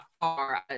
far